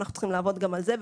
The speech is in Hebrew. אנחנו צריכים לעבוד גם על זה,